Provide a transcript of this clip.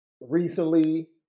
recently